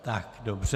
Tak, dobře.